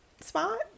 spot